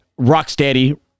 Rocksteady